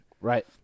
Right